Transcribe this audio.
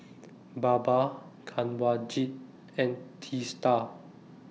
Baba Kanwaljit and Teesta